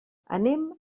anem